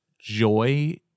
joy